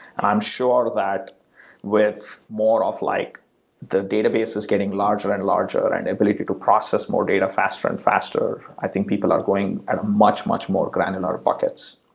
and i'm sure that with more of like the databases getting larger and larger and the ability to process more data faster and faster, i think people and going at a much much more granular buckets.